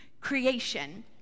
creation